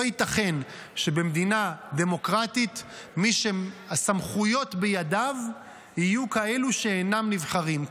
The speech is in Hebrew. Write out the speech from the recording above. לא ייתכן שבמדינה דמוקרטית מי שהסמכויות בידיהם יהיו כאלו שאינם נבחרים,